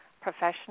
professional